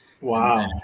Wow